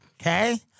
Okay